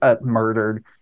murdered